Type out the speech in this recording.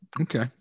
Okay